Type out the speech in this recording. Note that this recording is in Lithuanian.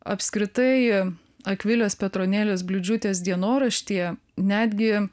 apskritai akvilės petronėlės bliūdžiūtės dienoraštyje netgi